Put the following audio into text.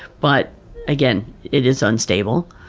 but again, it is unstable.